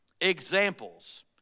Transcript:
examples